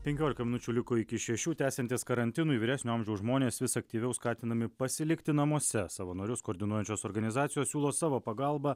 penkiolika minučių liko iki šešių tęsiantis karantinui vyresnio amžiaus žmonės vis aktyviau skatinami pasilikti namuose savanorius koordinuojančios organizacijos siūlo savo pagalbą